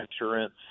insurance